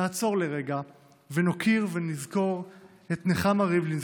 נעצור לרגע ונוקיר ונזכור את נחמה ריבלין,